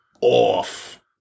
off